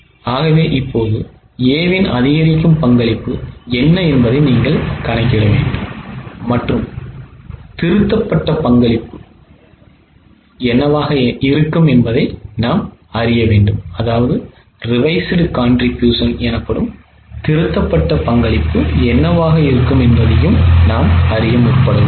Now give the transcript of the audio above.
எனவே இப்போது A இன் அதிகரிக்கும் பங்களிப்பு என்ன என்பதை நீங்கள் கணக்கிட வேண்டும் மற்றும் திருத்தப்பட்ட பங்களிப்பு என்னவாக இருக்கும் என்பதை அறிய வேண்டும்